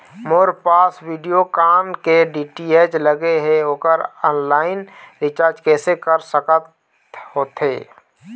मोर पास वीडियोकॉन के डी.टी.एच लगे हे, ओकर ऑनलाइन रिचार्ज कैसे कर सकत होथे?